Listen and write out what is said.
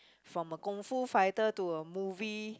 from a Kung-Fu fighter to a movie